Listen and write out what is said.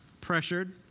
Pressured